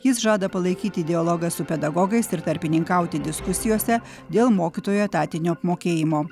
jis žada palaikyti dialogą su pedagogais ir tarpininkauti diskusijose dėl mokytojų etatinio apmokėjimo